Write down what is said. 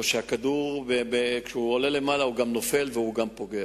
כשהכדור עולה למעלה הוא גם נופל והוא גם פוגע.